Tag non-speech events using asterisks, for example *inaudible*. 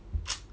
*noise*